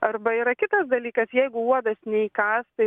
arba yra kitas dalykas jeigu uodas neįkąs tai